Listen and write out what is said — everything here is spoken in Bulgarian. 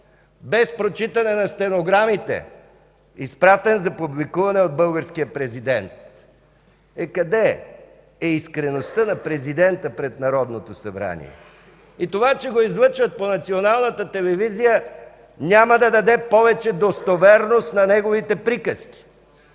без прочитане на стенограмите, изпратен за публикуване от българския президент. Къде е искреността на президента пред Народното събрание?! Това че го излъчват по Националната телевизия няма да даде повече достоверност на неговите приказки.